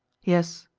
yes,